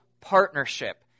partnership